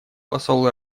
посол